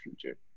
future